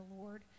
Lord